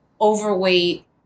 overweight